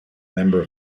member